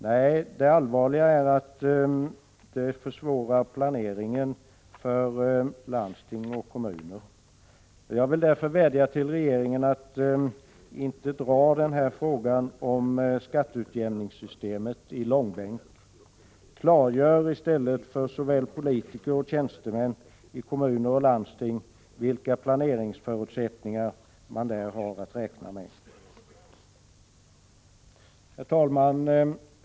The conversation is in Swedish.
Nej, det allvarliga är att den försvårar planeringen för landsting och kommuner. Jag vill därför vädja till regeringen att inte dra frågan om skatteutjämningssystemet i långbänk. Klargör i stället för såväl politiker som tjänstemän i kommuner och landsting vilka planeringsförutsättningar de har att räkna med! Herr talman!